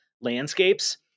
landscapes